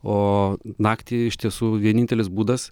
o naktį iš tiesų vienintelis būdas